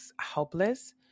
helpless